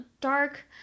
dark